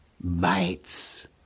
bites